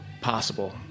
possible